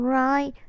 right